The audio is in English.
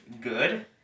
Good